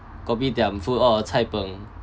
kopitiam food or Cai-Png